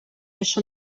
això